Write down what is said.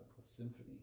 symphony